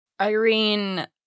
Irene